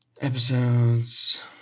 Episodes